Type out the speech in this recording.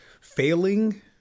Failing